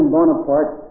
Bonaparte